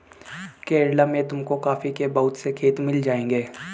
केरला में तुमको कॉफी के बहुत से खेत मिल जाएंगे